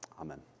Amen